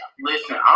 Listen